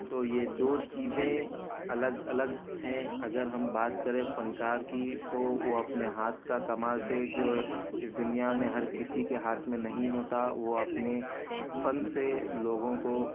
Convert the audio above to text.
تو یہ دو چیزیں الگ الگ ہیں اگر ہم بات کرے فنکار کی تو وہ اپنے ہاتھ کا کمال سے جو اس دنیا میں ہر کسی کے ہاتھ میں نہیں ہوتا وہ اپنے فن سے لوگوں کو